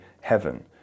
heaven